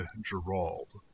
Gerald